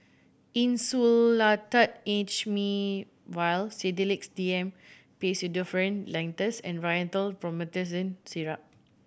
Insulatard H vial Sedilix D M Pseudoephrine Linctus and Rhinathiol Promethazine Syrup